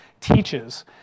teaches